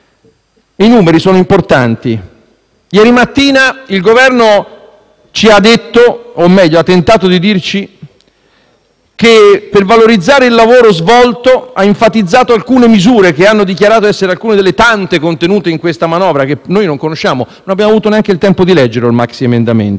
i numeri sono importanti. Ieri mattina il Governo ci ha detto - o meglio, ha tentato di dirci - che per valorizzare il lavoro svolto ha enfatizzato alcune misure, che ha dichiarato essere alcune delle tante contenute in questa manovra, che noi però non conosciamo, visto che non abbiamo avuto neanche il tempo di leggere il maxiemendamento.